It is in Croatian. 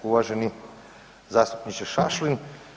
Uvaženi zastupniče Šašlin.